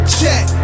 check